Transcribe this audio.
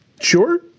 Sure